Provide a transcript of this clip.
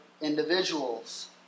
individuals